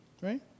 Right